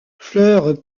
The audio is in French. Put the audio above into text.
fleurs